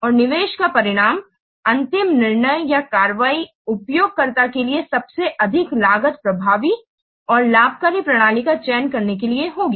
और निवेश का परिमाण अंतिम निर्णय या कार्रवाई उपयोगकर्ता के लिए सबसे अधिक लागत प्रभावी और लाभकारी प्रणाली का चयन करने के लिए होगी